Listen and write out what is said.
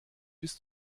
bis